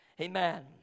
Amen